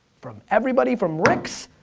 from everybody from rick's